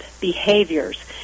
behaviors